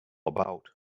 about